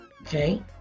okay